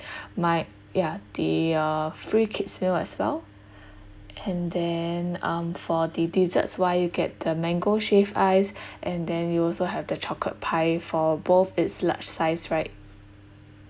my ya the uh free kid's meal as well and then um for the desserts wise you get the mango shaved ice and then you also have the chocolate pie for both it's large size right